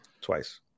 twice